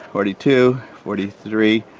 forty two, forty three.